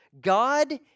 God